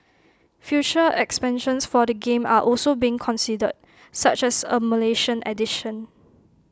future expansions for the game are also being considered such as A Malaysian edition